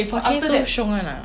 Kain so 凶 [one] ah